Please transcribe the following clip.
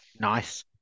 Nice